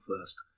first